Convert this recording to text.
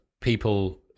people